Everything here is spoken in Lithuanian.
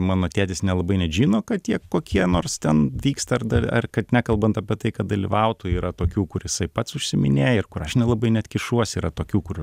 mano tėtis nelabai net žino kad tie kokie nors ten vyksta ir dar ar kad nekalbant apie tai kad dalyvautų yra tokių kur jisai pats užsiiminėja ir kur aš nelabai net kišuosi yra tokių kur